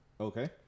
Okay